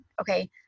Okay